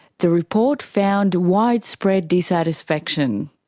the report found widespread dissatisfaction.